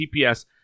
TPS